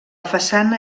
façana